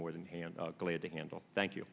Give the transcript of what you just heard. more than hand glad to handle thank you